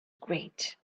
great